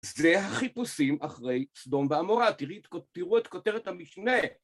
זה החיפושים אחרי סדום ועמורה. תראו את כותרת המשנה.